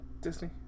Disney